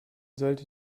sollte